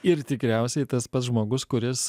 ir tikriausiai tas pats žmogus kuris